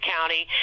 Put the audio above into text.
County